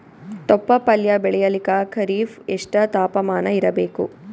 ತೊಪ್ಲ ಪಲ್ಯ ಬೆಳೆಯಲಿಕ ಖರೀಫ್ ಎಷ್ಟ ತಾಪಮಾನ ಇರಬೇಕು?